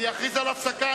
אני אכריז על הפסקה,